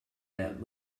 that